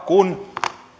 kun